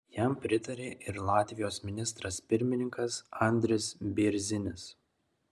jam pritarė ir latvijos ministras pirmininkas andris bėrzinis